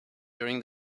during